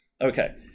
okay